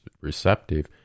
receptive